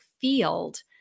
field